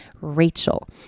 Rachel